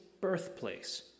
birthplace